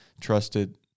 trusted